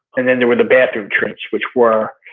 and then there were the bathroom trips which were